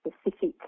specific